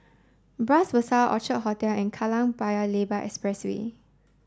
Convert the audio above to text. Bras Basah Orchid Hotel and Kallang Paya Lebar Expressway